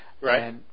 Right